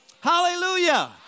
Hallelujah